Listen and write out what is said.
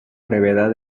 brevedad